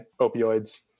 opioids